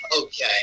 Okay